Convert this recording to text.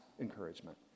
encouragement